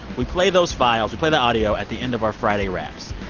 we play those files. we play the audio at the end of our friday wraps.